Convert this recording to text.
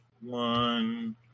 one